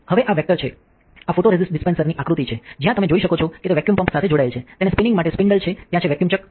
હવે આ વેક્ટર છે આ ફોટોરેસિસ્ટ ડિસ્પેન્સરની આકૃતિ છે જ્યાં તમે જોઈ શકો છો કે તે વેક્યૂમ પંપ સાથે જોડાયેલ છે તેને સ્પિનિંગ માટે સ્પિન્ડલ છે ત્યાં છે વેક્યૂમ ચક